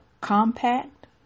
compact